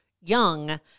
young